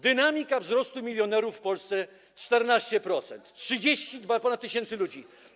Dynamika wzrostu milionerów w Polsce - 14%, ponad 32 tys. ludzi.